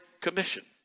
commission